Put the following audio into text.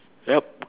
yup